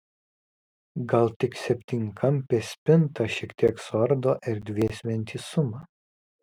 gal tik septynkampė spinta šiek tiek suardo erdvės vientisumą